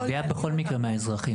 הגבייה היא בכל מקרה מהאזרחים.